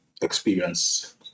experience